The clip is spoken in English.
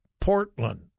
Portland